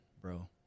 bro